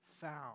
found